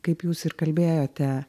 kaip jūs ir kalbėjote